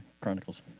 Chronicles